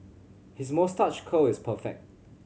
his moustache curl is perfect